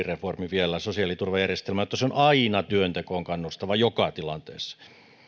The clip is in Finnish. reformin sosiaaliturvajärjestelmään jotta se on aina työntekoon kannustava joka tilanteessa